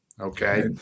okay